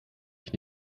ich